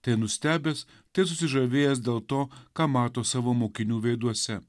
tai nustebęs tai susižavėjęs dėl to ką mato savo mokinių veiduose